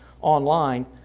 online